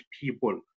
people